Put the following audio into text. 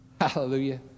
Hallelujah